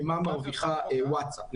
ממה מרוויחה וואטסאפ,